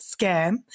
scam